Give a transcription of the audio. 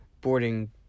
boarding